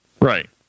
Right